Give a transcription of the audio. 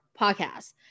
podcast